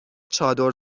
چادر